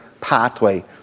pathway